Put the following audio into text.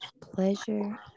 pleasure